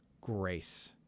grace